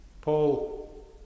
Paul